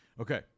Okay